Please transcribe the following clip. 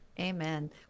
Amen